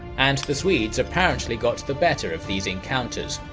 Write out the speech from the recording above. and the swedes apparently got the better of these encounters.